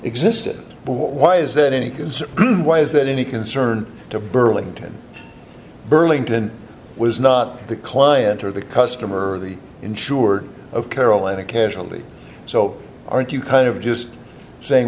existed but why is that any good why is that any concern to burlington burlington was not the client or the customer or the insurer of caroline occasionally so aren't you kind of just saying